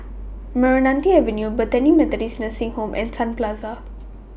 Meranti Avenue Bethany Methodist Nursing Home and Sun Plaza